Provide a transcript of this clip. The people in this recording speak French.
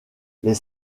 les